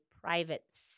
private